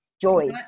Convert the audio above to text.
joy